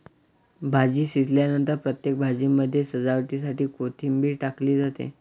भाजी शिजल्यानंतर प्रत्येक भाजीमध्ये सजावटीसाठी कोथिंबीर टाकली जाते